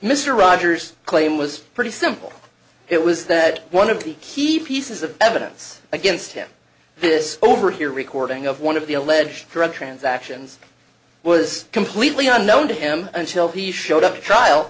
mr rogers claim was pretty simple it was that one of the key pieces of evidence against him this over here recording of one of the alleged drug transactions was completely unknown to him until he showed up at trial